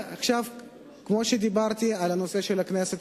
כמו שדיברתי על הנושא של הכנסת,